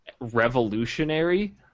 revolutionary